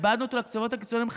איבדנו אותה לקצוות הקיצוניים.